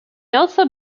also